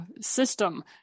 system